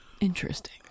Interesting